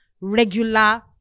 regular